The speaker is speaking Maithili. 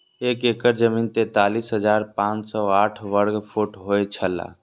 एक एकड़ जमीन तैंतालीस हजार पांच सौ साठ वर्ग फुट होय छला